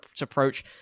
approach